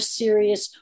serious